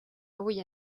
avui